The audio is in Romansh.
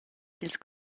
dils